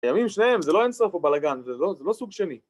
ימים שניהם, זה לא אינסוף או בלאגן, זה לא סוג שני.